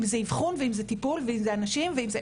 אם זה אבחון ואם זה טיפול ואם זה האנשים שעושים את זה